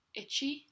itchy